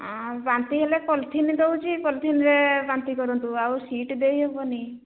ଆଁ ବାନ୍ତି ହେଲେ ପଲିଥିନ୍ ଦେଉଛି ପଲିଥିନ୍ରେ ବାନ୍ତି କରନ୍ତୁ ଆଉ ସିଟ୍ ଦେଇ ହେବନି